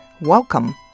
Welcome